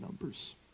numbers